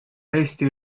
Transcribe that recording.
eesti